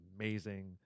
amazing